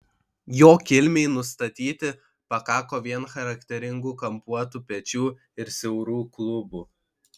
jo kilmei nustatyti pakako vien charakteringų kampuotų pečių ir siaurų klubų